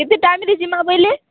କେତେ ଟାଇମ୍ରେ ଯିମା କହେଲେ